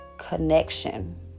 connection